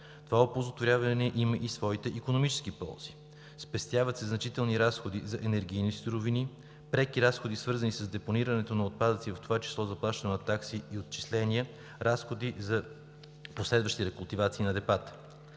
Това оползотворяване има и своите икономически ползи: спестяват се значителни разходи за енергийни суровини; преки разходи, свързани с депонирането на отпадъци, в това число заплащането на такси и отчисления; разходи за последваща рекултивация на депата.